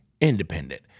Independent